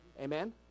Amen